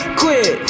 quit